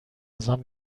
ازم